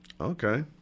Okay